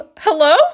Hello